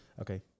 Okay